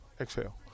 exhale